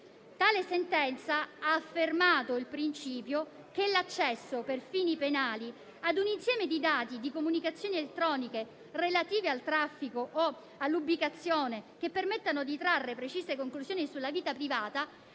Tale sentenza ha affermato il principio che l'accesso per fini penali a un insieme di dati e di comunicazioni elettroniche relative al traffico o all'ubicazione che permettano di trarre precise conclusioni sulla vita privata